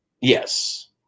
Yes